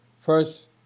First